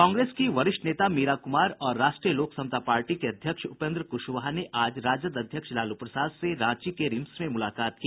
कांग्रेस की वरिष्ठ नेता मीरा कुमार और राष्ट्रीय लोक समता पार्टी के अध्यक्ष उपेन्द्र कुशवाहा ने आज राजद अध्यक्ष लालू प्रसाद से रांची के रिम्स में मुलाकात की